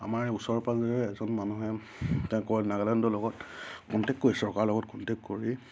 আমাৰ ওচৰ পাঁজৰে এজন মানুহে তেওঁ কয় নাগালেণ্ডৰ লগত কণ্টেক্ট কৰি চৰকাৰ লগত কণ্টেক কৰি